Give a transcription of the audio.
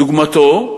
דוגמתו,